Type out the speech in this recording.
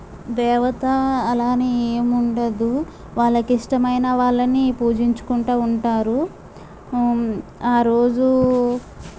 దేవత అలా అని ఏమీ ఉండదు వాళ్లకి ఇష్టమైన వాళ్ళని పూజించుకుంటా ఉంటారు ఆరోజు